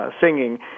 singing